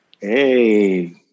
Hey